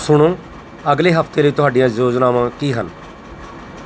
ਸੁਣੋ ਅਗਲੇ ਹਫ਼ਤੇ ਲਈ ਤੁਹਾਡੀਆਂ ਯੋਜਨਾਵਾਂ ਕੀ ਹਨ